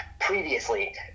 previously